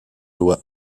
loi